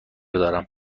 دارم